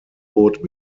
boot